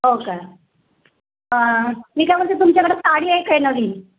हो का मी काय म्हणते तुमच्याकडं साडी आहे काय नवीन